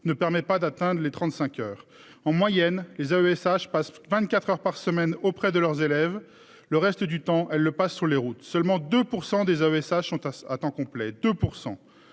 ne permet pas d'atteindre les 35 heures en moyenne, les AESH passe 24h par semaine auprès de leurs élèves. Le reste du temps elle le passe sur les routes. Seulement 2% des messages sont à temps complet de